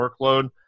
workload